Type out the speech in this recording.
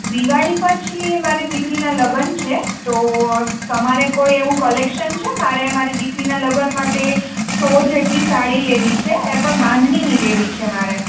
દિવાળી પછી મારી દીકરીના લગ્ન છે તો તમારે કોઈ કલેક્શન છે મારે મારી દીકરીના લગ્ન માટે સો જેટલી સાડી લેવી છે એ પણ બાંધણી લેવી છે મારે